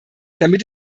damit